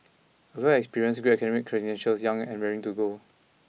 a wealth of experience great academic credentials young and raring to go